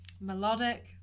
Melodic